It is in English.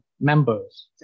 members